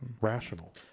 rational